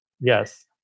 Yes